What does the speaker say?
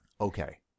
Okay